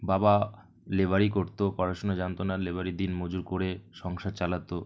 বাবা লেবারি করত পড়াশুনা জানত না লেবারি দিনমজুর করে সংসার চালাত